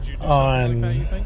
on